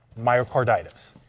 myocarditis